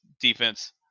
defense